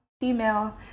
female